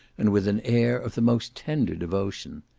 and with an air of the most tender devotion.